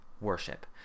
worship